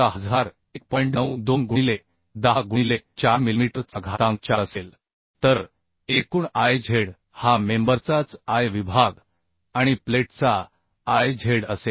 92 गुणिले 10 गुणिले 4 मिलिमीटर चा घातांक 4 असेल तर एकूण Iz हा मेंबरचाच I विभाग आणि प्लेटचा Iz असेल